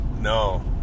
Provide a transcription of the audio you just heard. No